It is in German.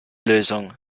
lösung